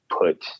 put